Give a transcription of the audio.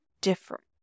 different